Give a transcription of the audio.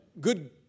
Good